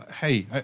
hey